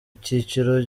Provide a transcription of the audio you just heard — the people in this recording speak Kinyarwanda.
cyiciro